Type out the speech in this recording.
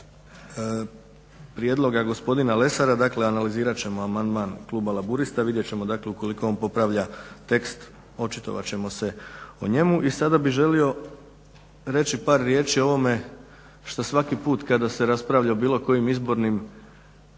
prijedloga gospodina Lesara, dakle analizirat ćemo amandman kluba Laburista. Vidjet ćemo, dakle ukoliko on popravlja tekst očitovat ćemo se o njemu. I sada bih želio reći par riječi o ovome što svaki put kada se raspravlja o bilo kojim izbornim